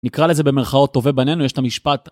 נקרא לזה במרכאות טובי בנינו, יש את המשפט.